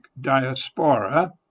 Diaspora